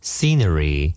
Scenery